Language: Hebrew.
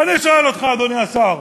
ואני שואל אותך, אדוני השר,